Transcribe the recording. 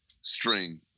string